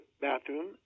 bathroom